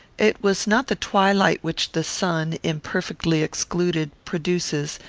it was not the twilight which the sun, imperfectly excluded, produces,